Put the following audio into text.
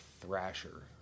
Thrasher